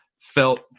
felt